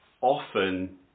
often